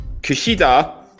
Kushida